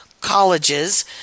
colleges